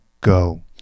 go